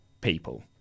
people